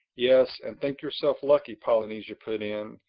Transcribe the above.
yes, and think yourself lucky, polynesia put in,